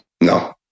No